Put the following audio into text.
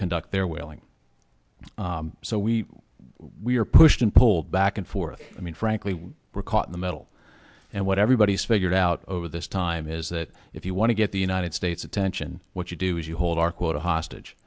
conduct their whaling so we we're pushed and pulled back and forth i mean frankly we're caught in the middle and what everybody's figured out over this time is that if you want to get the united states attention what you do is you hold our quota